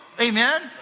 Amen